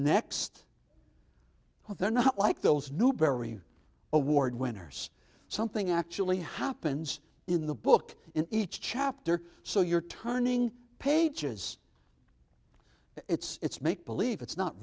well they're not like those newbery award winners something actually happens in the book in each chapter so you're turning pages it's make believe it's not